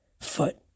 foot